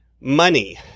money